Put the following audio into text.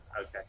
Okay